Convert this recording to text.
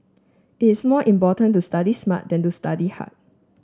it's more important to study smart than to study hard